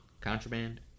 Contraband